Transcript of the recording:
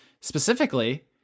specifically